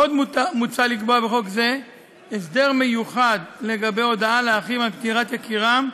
עוד מוצע לקבוע בחוק זה הסדר מיוחד לגבי הודעה לאחים על פטירת יקירם,